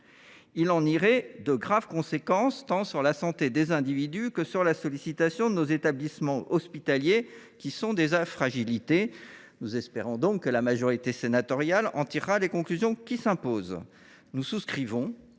emporterait de graves conséquences, tant pour la santé des individus qu’au regard de la sollicitation de nos établissements hospitaliers, qui sont déjà fragilisés. Nous espérons donc que la majorité sénatoriale en tirera les conclusions qui s’imposent. Nous souscrivons